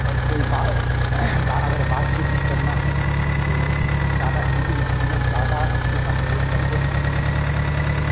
और कोई बा बा अगर बातचीत भी करना है तो ज़्यादा हिंदी मतलब ज़्यादा हिंदी का प्रयोग करते हैं और